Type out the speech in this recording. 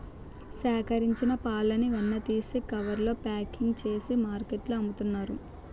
సేకరించిన పాలని వెన్న తీసి కవర్స్ లో ప్యాకింగ్ చేసి మార్కెట్లో అమ్ముతున్నారు